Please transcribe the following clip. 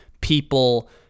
people